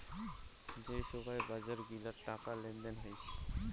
যে সোগায় বাজার গিলাতে টাকা লেনদেন হই